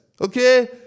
Okay